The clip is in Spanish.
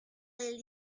del